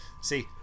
See